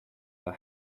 are